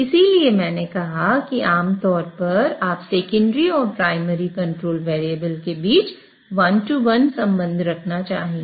इसीलिए मैंने कहा कि आमतौर पर आप सेकेंडरी और प्राइमरी कंट्रोल वेरिएबल के बीच वन टू वन संबंध रखना चाहेंगे